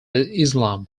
islam